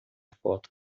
foto